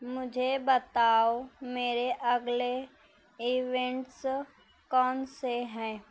مجھے بتاؤ میرے اگلے ایوینٹس کون سے ہیں